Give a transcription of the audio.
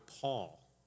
Paul